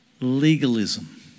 legalism